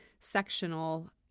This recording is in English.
sectional